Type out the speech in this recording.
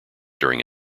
during